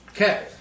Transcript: Okay